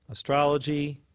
astrology,